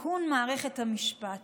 תיקון מערכת המשפט.